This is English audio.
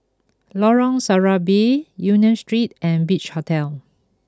Lorong Serambi Union Street and Beach Hotel